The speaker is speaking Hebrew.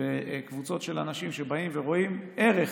בקבוצות של אנשים שבאים ורואים ערך